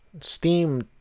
Steam